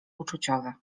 uczuciowe